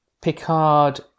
Picard